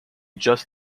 just